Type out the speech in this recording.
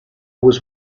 was